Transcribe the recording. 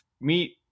meet